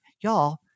y'all